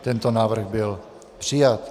Tento návrh byl přijat.